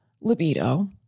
libido